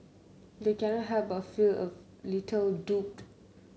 they cannot help but feel a little duped